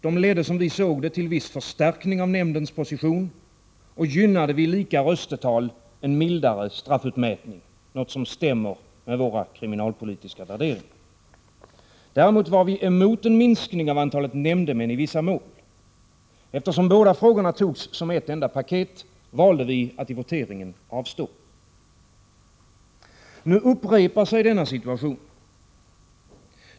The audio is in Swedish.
De ledde, som vi såg det, till viss förstärkning av nämndens position och gynnade vid lika röstetal en mildare straffutmätning, något som stämmer med våra kriminalpolitiska värderingar. Däremot var vi emot en minskning av antalet nämndemän i vissa mål. Eftersom båda frågorna togs upp som ett enda paket, valde vi att i voteringen avstå. Nu upprepar sig denna situation.